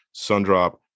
Sundrop